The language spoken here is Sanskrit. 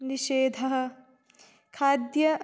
निषेधः खाद्य